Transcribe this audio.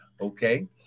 okay